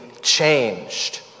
changed